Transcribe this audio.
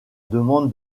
demande